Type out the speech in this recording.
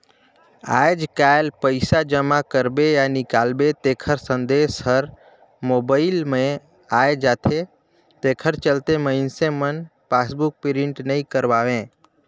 आयज कायल पइसा जमा करबे या निकालबे तेखर संदेश हर मोबइल मे आये जाथे तेखर चलते मइनसे मन पासबुक प्रिंट नइ करवायें